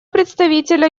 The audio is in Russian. представителя